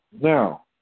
Now